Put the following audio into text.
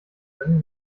können